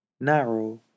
Narrow